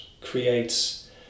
creates